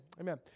amen